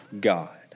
God